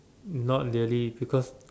not really because